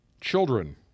children